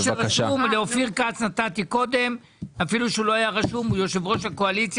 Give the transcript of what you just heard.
אני אתחיל בנושא של האלימות בתוך החברה